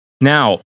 Now